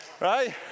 Right